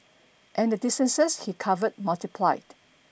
and the distances he covered multiplied